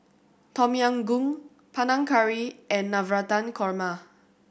Tom Yam Goong Panang Curry and Navratan Korma